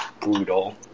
brutal